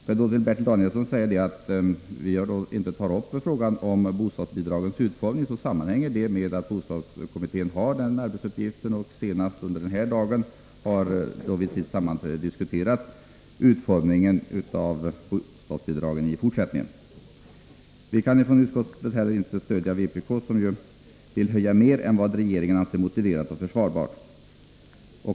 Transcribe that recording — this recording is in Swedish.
Jag vill till Bertil Danielsson säga: Att vi inte tar upp frågan om bostadsbidragens utformning sammanhänger med att bostadskommittén har denna arbetsuppgift. Senast i dag har kommittén vid sitt sammanträde diskuterat utformningen av bostadsbidragen i fortsättningen. Vi kan ifrån utskottet inte heller stödja vpk, som ju vill höja mer än vad misk-politiska åtgärder misk-politiska åtgärder regeringen anser motiverat och försvarbart.